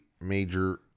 major